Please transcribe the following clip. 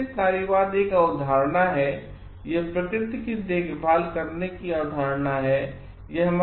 पारिस्थितिक नारीवाद एक अवधारणा हैयह प्रकृति की देखभाल करने की एक अवधारणा है